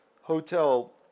hotel